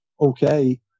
okay